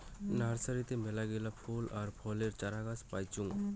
নার্সারিতে মেলাগিলা ফুল আর ফলের চারাগাছ পাইচুঙ